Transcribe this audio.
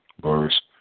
verse